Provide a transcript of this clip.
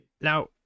now